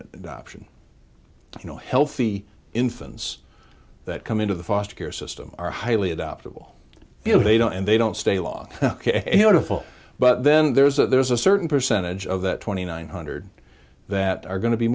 in the option you know healthy infants that come into the foster care system are highly adoptable if they don't and they don't stay long ok wonderful but then there's a there's a certain percentage of that twenty nine hundred that are going to be